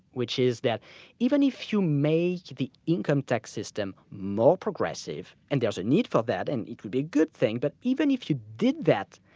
which is that even if you make the income tax system more progressive, and there's a need for that, and it could be a good thing, but even if you did that,